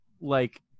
like-